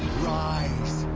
rise!